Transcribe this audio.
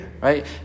right